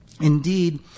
Indeed